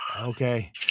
Okay